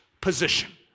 position